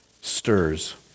stirs